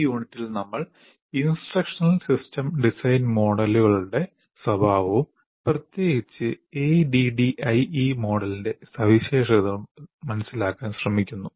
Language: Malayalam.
ഈ യൂണിറ്റിൽ നമ്മൾ ഇൻസ്ട്രക്ഷണൽ സിസ്റ്റം ഡിസൈൻ മോഡലുകളുടെ സ്വഭാവവും പ്രത്യേകിച്ച് ADDIE മോഡലിന്റെ സവിശേഷതകളും മനസ്സിലാക്കാൻ ശ്രമിക്കുന്നു